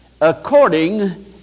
According